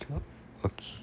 okay lor okay